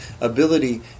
ability